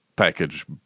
package